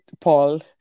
Paul